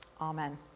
Amen